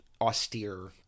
austere